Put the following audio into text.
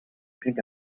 pink